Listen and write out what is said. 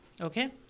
Okay